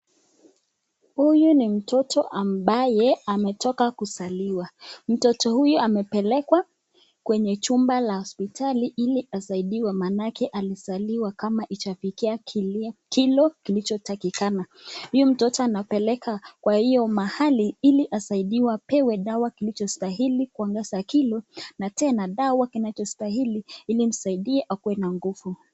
Huyu ni mtoto ambaye ametoka kuzaliwa. Mtoto huyu amepelekwa kwenye chumba la hosipitali ili asaidiwe manake amezaliwa kama hijafikia kilo kilicho takikana. Huyu mtoto anapelekwa kwa hio mahali ili asaidiwe apewe dawa kilichostahili kuongeza kilo na tena dawa kinachostahili ili imsaidie akue na nguvu.